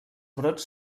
brots